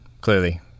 clearly